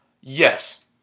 Yes